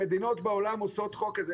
מדינות בעולם עושות חוק כזה.